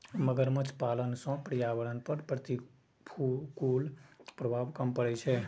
मगरमच्छ पालन सं पर्यावरण पर प्रतिकूल प्रभाव कम पड़ै छै